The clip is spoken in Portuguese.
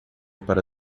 para